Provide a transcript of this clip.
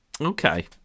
Okay